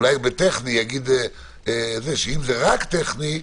אולי טכני יגיד שאם זה רק טכני,